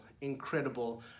incredible